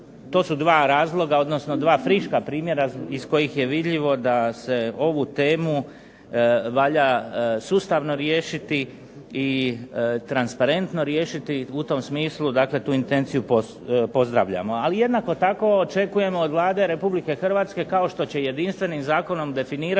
to su dva razloga odnosno dva friška primjera iz kojih je vidljivo da se ovu temu valja sustavno riješiti i transparentno riješiti. U tom smislu dakle tu intenciju pozdravljamo, ali jednako tako očekujemo od Vlade Republike Hrvatske kao što će jedinstvenim zakonom definirati